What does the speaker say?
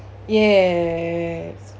yes